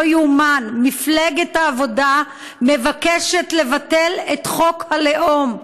לא ייאמן, מפלגת העבודה מבקשת לבטל את חוק הלאום.